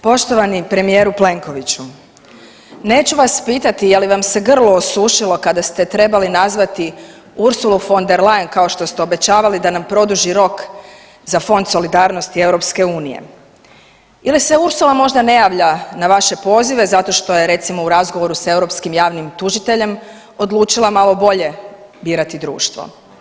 Poštovani premijeru Plenkoviću, neću vam pitati je li vam se grlo osušilo kada ste trebali nazvati Ursulu von der Leyen kao što ste obećavali da nam produži rok za Fond solidarnosti EU ili se Ursula možda ne javlja na vaše pozive zato što je recimo u razgovoru s europskim javnim tužiteljem odlučila malo bolje birati društvo.